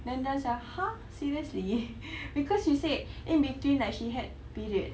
then dan~ say ah !huh! seriously because she said in between like she had period